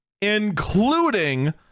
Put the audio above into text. including